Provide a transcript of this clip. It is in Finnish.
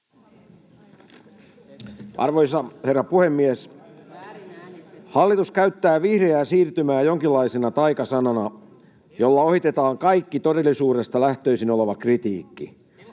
Arvoisa herra puhemies! Hallitus käyttää vihreää siirtymää jonkinlaisena taikasanana, jolla ohitetaan kaikki todellisuudesta lähtöisin oleva kritiikki.